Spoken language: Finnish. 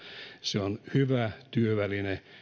se on hyvä työväline